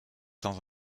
dans